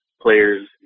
players